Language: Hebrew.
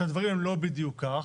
שהדברים הם לא בדיוק כך.